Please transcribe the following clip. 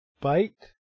Bite